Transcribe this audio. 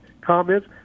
comments